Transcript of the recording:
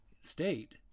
state